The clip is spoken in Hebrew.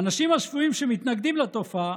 האנשים השפויים, שמתנגדים לתופעה,